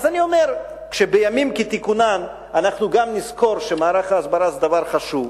אז אני אומר שגם בימים כתיקונם אנחנו נזכור שמערך ההסברה זה דבר חשוב,